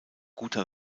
guter